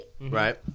Right